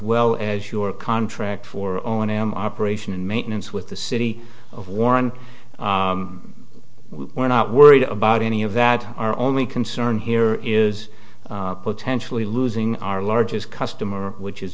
well as your contract for owen m operation and maintenance with the city of warren we're not worried about any of that our only concern here is potentially losing our largest customer which is